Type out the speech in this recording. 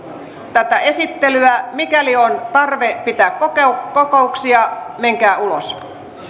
tätä esittelyä mikäli on tarve pitää kokouksia menkää ulos